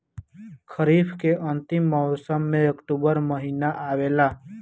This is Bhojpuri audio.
खरीफ़ के अंतिम मौसम में अक्टूबर महीना आवेला?